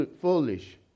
foolish